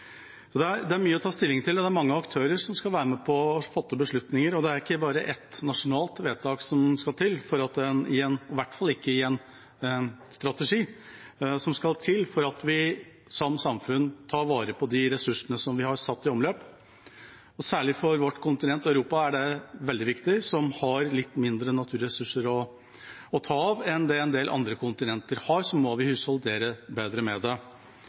Det er mye å ta stilling til, og det er mange aktører som skal være med på å fatte beslutninger. Det er ikke bare et nasjonalt vedtak som skal til, i hvert fall ikke i en strategi for at vi som samfunn tar vare på de ressursene som vi har satt i omløp. Særlig for vårt kontinent, Europa, som har litt mindre naturressurser å ta av enn det en del andre kontinenter har, er det veldig viktig at vi må husholdere bedre med dem. Derfor blir også den strategien særlig viktig. Men pengene har allerede begynt å levere, og det